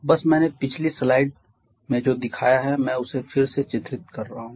बस मैंने पिछली स्लाइड में जो दिखाया है मैं उसे फिर से चित्रित कर रहा हूं